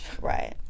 Right